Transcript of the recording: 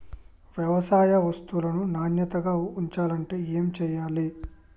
వ్యవసాయ వస్తువులను నాణ్యతగా ఉంచాలంటే ఏమి చెయ్యాలే?